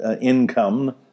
income